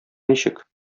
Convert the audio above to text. ничек